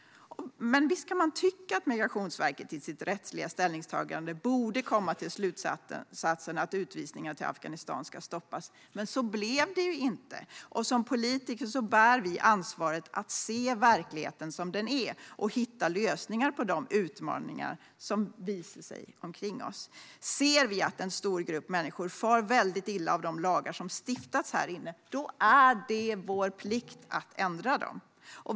Visst kan man tycka att Migrationsverket i sitt rättsliga ställningstagande borde komma till slutsatsen att utvisningar till Afghanistan ska stoppas, men så blev det inte. Som politiker bär vi ansvar för att se verkligheten som den är och hitta lösningar på de utmaningar som visar sig omkring oss. Om vi ser att en stor grupp människor far väldigt illa av de lagar som stiftas här inne är det vår plikt att ändra dem.